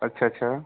अच्छा अच्छा